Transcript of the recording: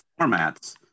formats